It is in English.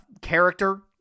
character